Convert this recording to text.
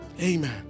Amen